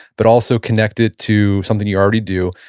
but also connect it to something you already do.